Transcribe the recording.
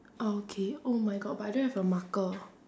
okay oh my god but I don't have a marker